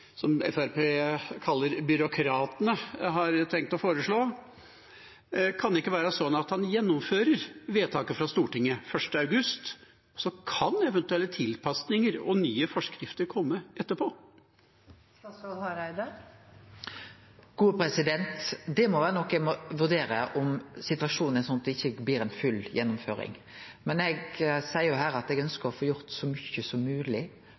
som Fremskrittspartiet kaller dem, har tenkt å foreslå, kan han ikke da gjennomføre Stortingets vedtaket 1. august, og så kan eventuelle tilpasninger og nye forskrifter komme etterpå? Det er noko eg må vurdere om situasjonen er slik at det ikkje blir full gjennomføring. Men eg seier her at eg ønskjer å få gjort så mykje som